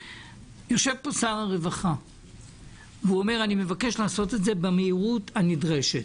יושב פה שר הרווחה ואומר שהוא מבקש לעשות את זה במהירות הנדרשת.